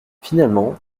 finalement